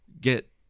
get